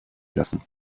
lassen